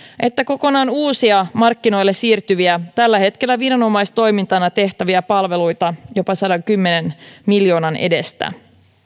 että kokonaan uusia markkinoille siirtyviä tällä hetkellä viranomaistoimintana tehtäviä palveluita jopa sadankymmenen miljoonan edestä